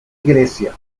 grecia